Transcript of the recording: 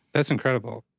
that's incredible.